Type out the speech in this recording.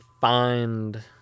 find